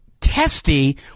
testy